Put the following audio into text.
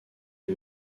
est